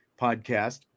podcast